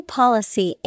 policy